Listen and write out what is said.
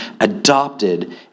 adopted